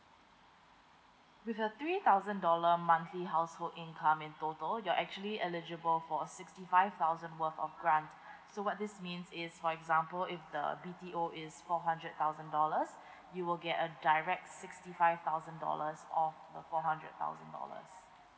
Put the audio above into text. with a three thousand dollar monthly household income in total you're actually eligible for a sixty five thousand worth of grant so what this means is for example if the B_T_O is four hundred thousand dollars you will get a direct sixty five thousand dollars off the four hundred thousand dollars